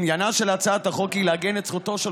עניינה של הצעת החוק היא לעגן את זכותו של